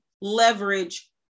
leverage